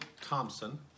Thompson